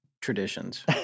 traditions